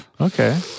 Okay